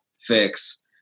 fix